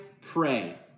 pray